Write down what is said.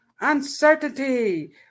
Uncertainty